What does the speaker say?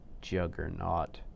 juggernaut